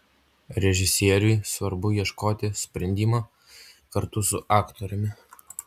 režisieriui svarbu ieškoti sprendimo kartu su aktoriumi